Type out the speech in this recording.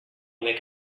make